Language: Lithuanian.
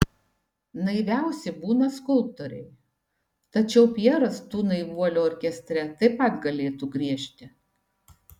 naiviausi būna skulptoriai tačiau pjeras tų naivuolių orkestre taip pat galėtų griežti